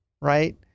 right